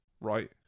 right